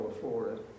Florida